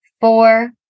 four